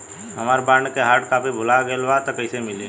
हमार बॉन्ड के hard copy भुला गएलबा त कैसे मिली?